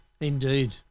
Indeed